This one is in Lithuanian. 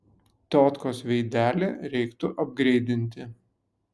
tiotkos veidelį reiktų apgreidinti